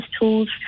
tools